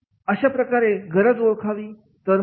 अशाप्रकारे गरज ओळखावी